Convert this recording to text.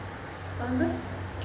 converse